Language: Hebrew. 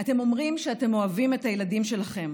"אתם אומרים שאתם אוהבים את הילדים שלכם,